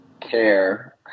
care